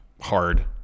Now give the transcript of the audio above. hard